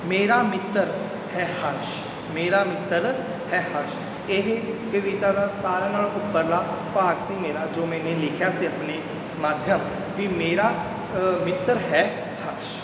ਮੇਰਾ ਮਿੱਤਰ ਹੈ ਹਰਸ਼ ਮੇਰਾ ਮਿੱਤਰ ਹੈ ਹਰਸ਼ ਇਹ ਕਵਿਤਾ ਦਾ ਸਾਰਿਆਂ ਨਾਲੋਂ ਉੱਪਰਲਾ ਭਾਗ ਸੀ ਮੇਰਾ ਜੋ ਮੈਨੇ ਲਿਖਿਆ ਸੀ ਆਪਣੇ ਮਾਧਿਅਮ ਵੀ ਮੇਰਾ ਮਿੱਤਰ ਹੈ ਹਰਸ਼